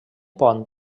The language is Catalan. pont